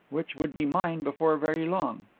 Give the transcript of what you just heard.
which would be mine before very long.